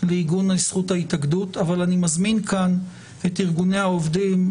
לעיגון זכות ההתאגדות אבל אני מזמין כאן את ארגוני העובדים,